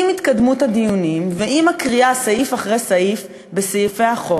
עם התקדמות הדיונים ועם הקריאה סעיף אחרי סעיף בחוק,